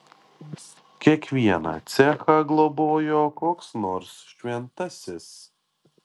kiekvieną cechą globojo koks nors šventasis